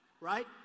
right